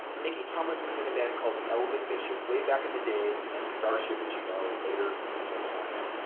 mickey thomas was in a band called elvin bishop, way back in the day and then starship, as you know, later you may or may not know.